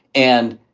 and,